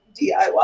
DIY